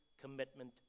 commitment